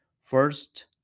First